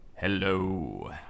Hello